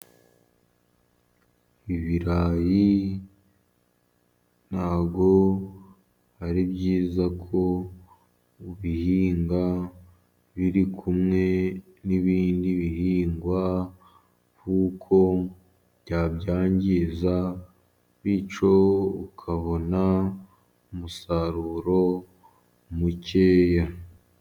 Ibirayi ntabwo ari byiza ko ubihinga biri kumwe n'ibindi bihingwa, kuko byabyangiza, bityo ukabona umusaruro mukeya.